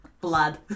blood